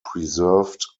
preserved